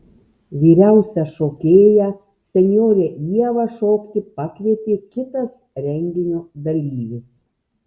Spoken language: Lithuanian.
vyriausią šokėją senjorę ievą šokti pakvietė kitas renginio dalyvis